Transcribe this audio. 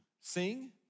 sing